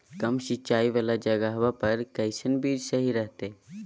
कम सिंचाई वाला जगहवा पर कैसन बीज सही रहते?